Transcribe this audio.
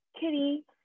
Kitty